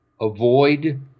Avoid